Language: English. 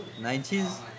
90s